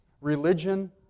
religion